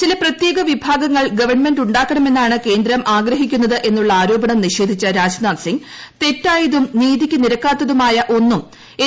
ചില പ്രത്യേക വിഭാഗങ്ങൾ ്ഗവൺമെന്റ് ഉണ്ടാക്കണമെന്നാണ് കേന്ദ്രം ആഗ്രഹിക്കുന്നുത് എന്നുള്ള ആരോപണം നിഷേധിച്ച രാജ്നാഥ് സിംഗ് തെറ്റായ്തും നീതിക്ക് നിരക്കാത്തതുമായ ഒന്നും എൻ